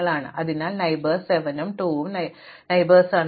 അതിനാൽ അയൽക്കാർക്ക് 7 ഉം 2 ഉം അയൽവാസികളുണ്ടെന്ന് നിങ്ങൾ പ്രതീക്ഷിക്കുന്നു